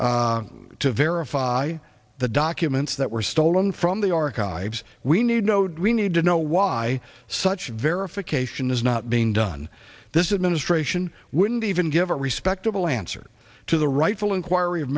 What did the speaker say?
polygraphed to verify the documents that were stolen from the archives we need no do we need to know why such verification is not being done this administration wouldn't even give a respectable answer to the rightful inquiry of